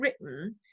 written